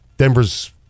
Denver's